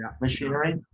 machinery